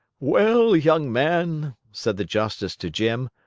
well, young man, said the justice to jim,